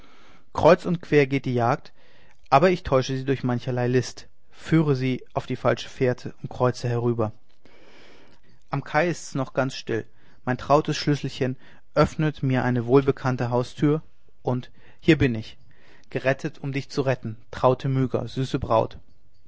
kreuz und quer geht die jagd aber ich täusche sie durch mancherlei list führe sie auf falsche fährte und kreuze hier herüber am kai ist's noch ganz still mein trautes schlüsselchen öffnet mir eine wohlbekannte haustür und hier bin ich gerettet um dich zu retten traute myga süße braut